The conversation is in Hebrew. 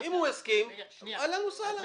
אם הוא הסכים בבקשה.